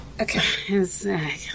Okay